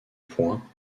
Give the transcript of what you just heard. point